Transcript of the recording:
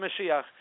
Mashiach